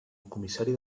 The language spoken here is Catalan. comissari